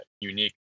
unique